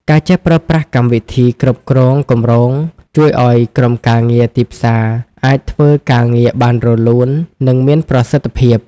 ការចេះប្រើប្រាស់កម្មវិធីគ្រប់គ្រងគម្រោងជួយឱ្យក្រុមការងារទីផ្សារអាចធ្វើការងារបានរលូន និងមានប្រសិទ្ធភាព។